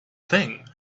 thing